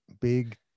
Big